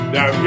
Now